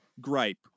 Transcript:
gripe